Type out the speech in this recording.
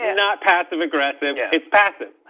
and not passive aggressive. yeah. it's passive.